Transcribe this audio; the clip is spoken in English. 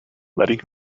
letting